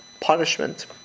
punishment